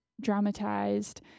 dramatized